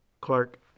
Clark